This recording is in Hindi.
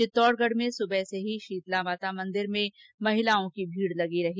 चित्तौडगढ में सुबह से ही शीतला माता मंदिर में महिलाओं का तांता लगा रहा